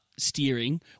steering